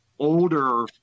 older